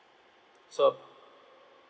so